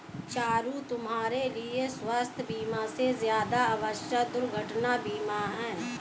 चारु, तुम्हारे लिए स्वास्थ बीमा से ज्यादा आवश्यक दुर्घटना बीमा है